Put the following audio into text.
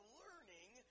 learning